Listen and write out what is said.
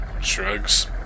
shrugs